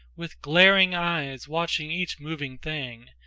with glaring eyes watching each moving thing,